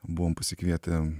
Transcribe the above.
buvom pasikvietę